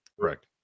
Correct